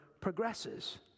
progresses